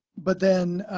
but then